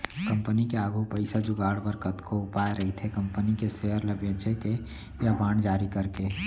company के आघू पइसा जुगाड़ बर कतको उपाय रहिथे कंपनी के सेयर ल बेंच के या बांड जारी करके